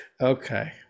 Okay